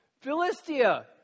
Philistia